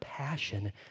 passion